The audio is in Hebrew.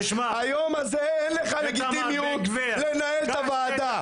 היום הזה אין לך לגיטימיות לנהל את הוועדה.